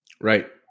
right